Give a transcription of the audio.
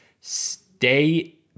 stay